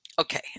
Okay